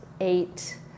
eight